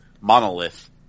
monolith